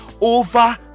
over